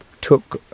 took